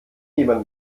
jemand